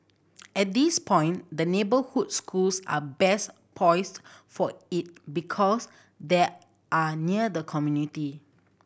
at this point the neighbourhood schools are best poised for it because they are near the community